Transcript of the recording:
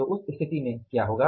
तो उस स्थिति में क्या होगा